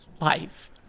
Life